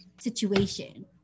situation